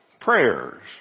prayers